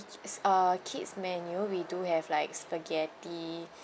k~ uh kids' menu we do have like spaghetti